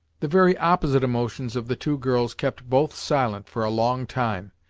the very opposite emotions of the two girls kept both silent for a long time.